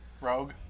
Rogue